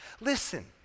Listen